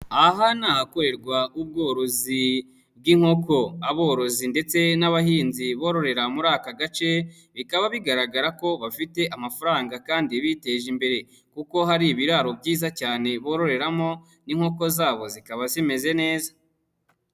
Aha nihakorerwa ubworozi bw'inkoko, aborozi ndetse n'abahinzi bororera muri aka gace bikaba bigaragara ko bafite amafaranga kandi biteje imbere kuko hari ibiraro byiza cyane bororeramo n'inkoko zabo zikaba zimeze neza.